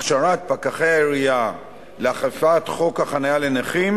הכשרת פקחי העירייה לאכיפת חוק החנייה לנכים